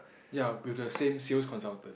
ya go the same sales consultant